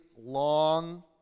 long